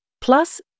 Plus